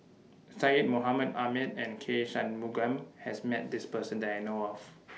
Syed Mohamed Ahmed and K Shanmugam has Met This Person that I know of